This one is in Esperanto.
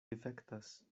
difektas